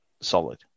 solid